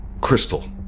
crystal